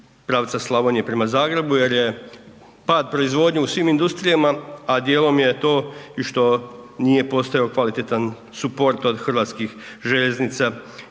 pravca Slavonije prema Zagrebu jer je pad proizvodnje u svim industrijama, a dijelom je to i što nije postojao kvalitetan suport od Hrvatskih željeznica